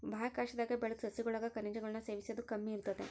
ಬಾಹ್ಯಾಕಾಶದಾಗ ಬೆಳುದ್ ಸಸ್ಯಗುಳಾಗ ಖನಿಜಗುಳ್ನ ಸೇವಿಸೋದು ಕಮ್ಮಿ ಇರ್ತತೆ